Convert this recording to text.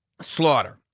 Slaughter